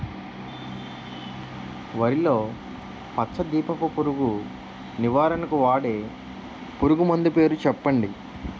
వరిలో పచ్చ దీపపు పురుగు నివారణకు వాడే పురుగుమందు పేరు చెప్పండి?